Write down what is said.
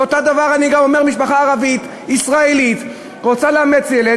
ואותו דבר אני גם אומר: משפחה ערבית-ישראלית רוצה לאמץ ילד,